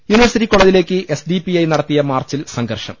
university കോളജിലേക്ക് S D P I നടത്തിയ മാർച്ചിൽ സംഘർഷം